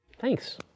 Thanks